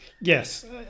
Yes